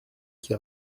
qui